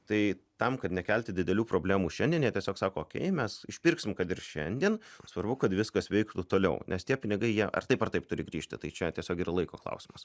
tai tam kad nekelti didelių problemų šiandien jie tiesiog sako okei mes išpirksim kad ir šiandien svarbu kad viskas veiktų toliau nes tie pinigai jie ar taip ar taip turi grįžti tai čia tiesiog yra laiko klausimas